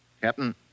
Captain